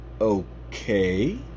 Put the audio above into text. okay